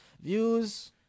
views